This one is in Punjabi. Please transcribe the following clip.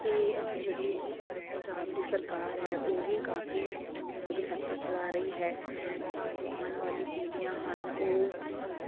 ਅਤੇ ਆਪਣੀ ਜਿਹੜੀ ਪੰਜਾਬ ਦੀ ਸਰਕਾਰ ਹੈ ਉਹ ਵੀ ਕਾਫੀ ਟੈਕਨੋਲੋਜੀ ਸੈਕਟਰ ਚਲਾ ਰਹੀ ਹੈ ਤਾਂ ਜੋ ਆਉਣ ਵਾਲੀ ਪੀੜ੍ਹੀਆਂ ਹਨ ਉਹ